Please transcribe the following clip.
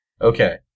Okay